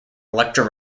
elektra